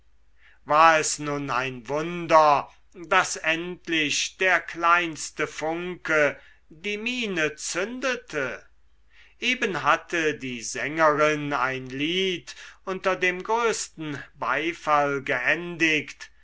war es nun ein wunder daß endlich der kleinste funke die mine zündete eben hatte die sängerin ein lied unter dem größten beifall geendigt